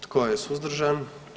Tko je suzdržan?